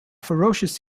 ferocious